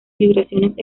vibraciones